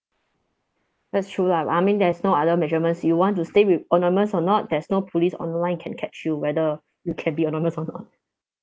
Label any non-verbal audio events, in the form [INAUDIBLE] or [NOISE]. that's true lah but I mean there's no other measurements you want to stay with anonymous or not there's no police online can catch you whether you can be anonymous or not [LAUGHS]